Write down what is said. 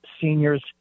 seniors